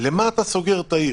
למה אתה סוגר את העיר?